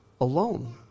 alone